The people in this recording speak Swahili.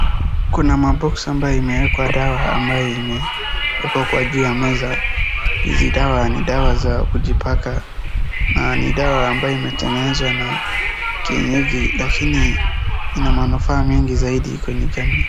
Kuna maboksi ambayo imewekwa dawa ambayo imewekwa kwa juu ya meza. Hizi dawa ni dawa za kujipaka na ni dawa ambayo imetegenezwa na kienyeji lakini ina manufaa mingi zaidi kwenye jamii.